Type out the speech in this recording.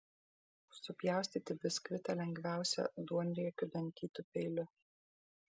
supjaustyti biskvitą lengviausia duonriekiu dantytu peiliu